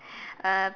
uh